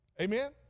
amen